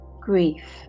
grief